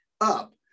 up